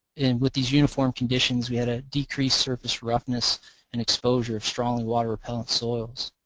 with these uniform conditions we had a decrease surface roughness and exposure of strongly water repellent soils.